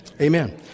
Amen